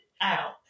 out